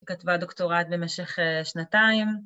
‫היא כתבה דוקטורט במשך שנתיים.